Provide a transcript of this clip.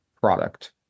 product